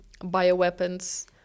bioweapons